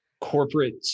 corporate